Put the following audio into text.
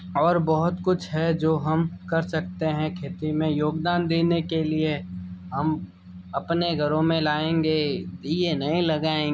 और बहुत कुछ है जो हम कर सकते हैं खेती में योगदान देने के लिए हम अपने घरों में लाएंगे दिए नहीं लगाए